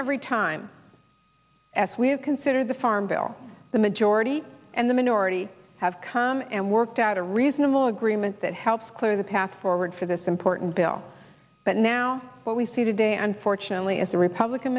every time as we consider the farm bill the majority and the minority have come and worked out a reasonable agreement that helps clear the path forward for this important bill but now what we see today unfortunately is a republican